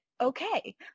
okay